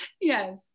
Yes